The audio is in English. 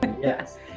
Yes